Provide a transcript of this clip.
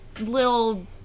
little